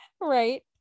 right